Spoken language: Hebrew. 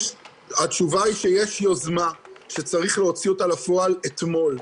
התשובה היא שיש יוזמה שצריך להוציא אותה לפועל אתמול,